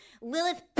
Lilith